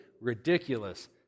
ridiculous